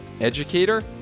educator